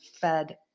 fed